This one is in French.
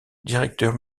directeur